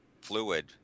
fluid